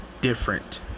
different